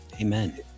Amen